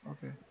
Okay